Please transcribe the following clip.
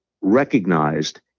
recognized